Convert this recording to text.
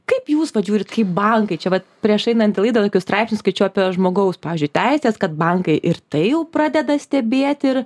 kaip jūs vat žiūrit kaip bankai čia vat prieš einant į laidą tokius straipsnius skaičiau apie žmogaus pavyzdžiui teises kad bankai ir tai jau pradeda stebėt ir